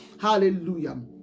Hallelujah